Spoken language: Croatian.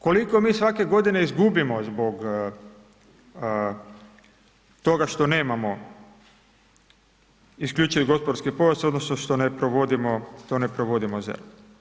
Koliko mi svake godine izgubimo zbog toga što nemamo isključivi gospodarski pojas odnosno što ne provodimo, što ne provodimo ZERP?